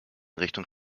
richtung